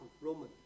Roman